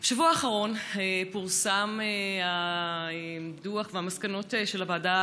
בשבוע האחרון פורסמו הדוח והמסקנות של הוועדה